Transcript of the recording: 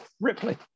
Ripley